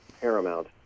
paramount